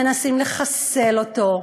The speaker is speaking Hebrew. מנסים לחסל אותו,